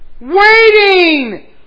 waiting